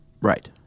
Right